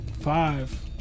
Five